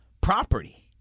property